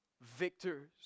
victors